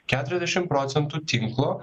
keturiasdeim procentų tinklo